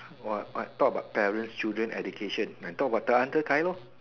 what what can talk about parent children education can talk about that until tired lor